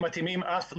חלק מתאימים אף לייצוא,